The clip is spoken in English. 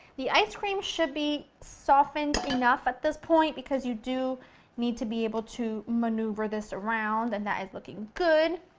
the ice cream should be softened enough at this point because you do need to be able to maneuver this around, and that is looking good.